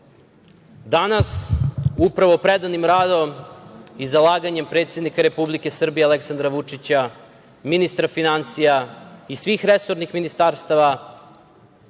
upravo predanim radom i zalaganjem predsednika Republike Srbije Aleksandra Vučića, ministra finansija i svih resornih ministarstava,